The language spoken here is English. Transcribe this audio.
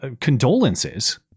condolences